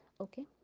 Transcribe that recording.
Okay